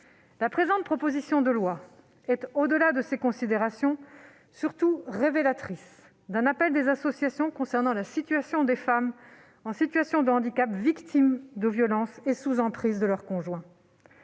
la présente proposition de loi est surtout révélatrice d'un appel des associations concernant la situation des femmes en situation de handicap victimes de violences et sous emprise de leur conjoint.